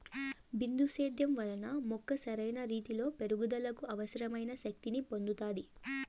బిందు సేద్యం వలన మొక్క సరైన రీతీలో పెరుగుదలకు అవసరమైన శక్తి ని పొందుతాది